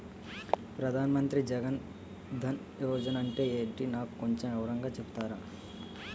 ప్రధాన్ మంత్రి జన్ దన్ యోజన అంటే ఏంటో నాకు కొంచెం వివరంగా చెపుతారా?